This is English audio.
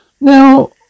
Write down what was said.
Now